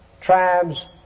tribes